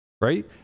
right